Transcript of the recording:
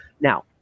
Now